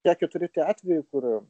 tekę turėti atvejį kur